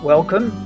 Welcome